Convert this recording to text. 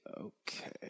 okay